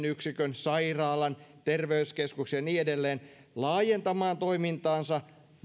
yksikön sairaalan terveyskeskuksen ja niin edelleen laajentamaan toimintaansa